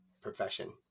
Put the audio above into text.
profession